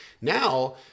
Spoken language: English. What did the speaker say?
Now